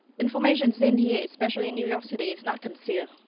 information's in here, especially, in new york city is not concealed.